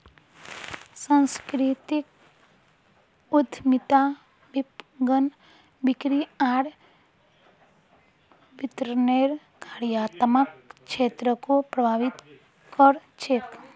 सांस्कृतिक उद्यमिता विपणन, बिक्री आर वितरनेर कार्यात्मक क्षेत्रको प्रभावित कर छेक